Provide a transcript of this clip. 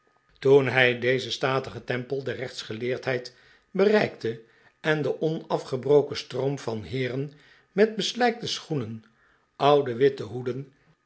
toen hij dezeh statigen tempel der rechtsgeleerdheid bereikte en de onafgebroken stroom van heeren met beslijkte schoenen oude witte hoeden